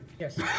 yes